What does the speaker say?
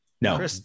No